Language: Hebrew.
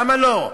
למה לא?